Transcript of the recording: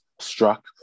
struck